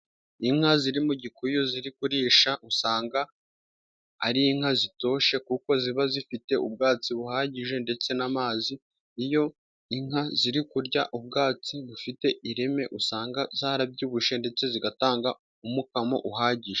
Inka ziri mu gikuyu ziri kurisha, usanga ari inka zitoshye, kuko ziba zifite ubwatsi buhagije, ndetse n'amazi iyo inka ziri kurya ubwatsi bufite, ireme usanga zarabyibushye ndetse zigatanga umukamo, uhagije.